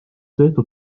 tehtud